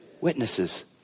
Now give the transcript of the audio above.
Witnesses